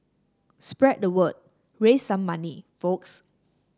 spread the word raise some money folks